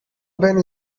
ben